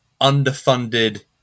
Underfunded